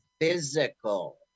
physical